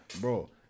Bro